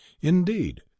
Indeed